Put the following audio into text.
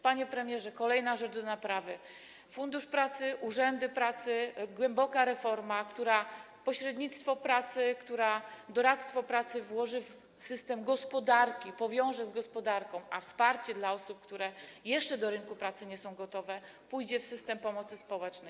Panie premierze, kolejna rzecz do naprawy - Fundusz Pracy, urzędy pracy, głęboka reforma, która pośrednictwo pracy, doradztwo pracy włoży w system gospodarki, powiąże z gospodarką, a wsparcie dla osób, które jeszcze do wejścia na rynek pracy nie są gotowe, pójdzie w system pomocy społecznej.